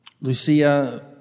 Lucia